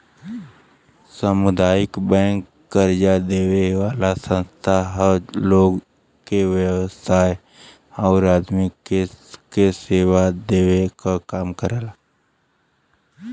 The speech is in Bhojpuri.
सामुदायिक बैंक कर्जा देवे वाला संस्था हौ लोग के व्यवसाय आउर आदमी के सेवा देवे क काम करेला